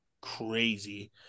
crazy